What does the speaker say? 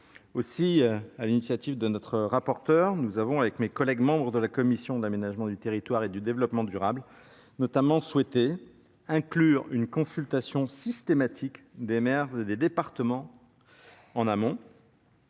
aussi à l'initiative de notre rapporteure. Nous avons avec mes collègues membres de la commission d'aménagement du territoire et du développement durable notamment souhaité inclure une consultation systématique des maires et des départements en amont.